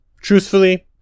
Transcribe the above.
Truthfully